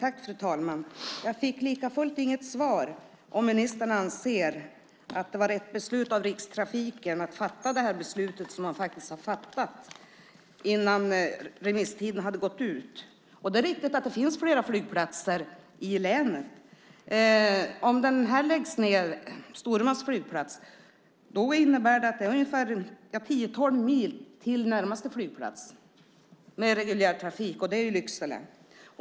Fru talman! Jag fick likafullt inget svar. Anser ministern att det var rätt av Rikstrafiken att fatta det beslut som man faktiskt fattade innan remisstiden hade gått ut? Det är riktigt att det finns flera flygplatser i länet. Om Storumans flygplats läggs ned innebär det att det blir 10-12 mil till närmaste flygplats med reguljärtrafik. Det är Lycksele.